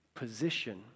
position